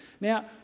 Now